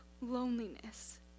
loneliness